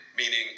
meaning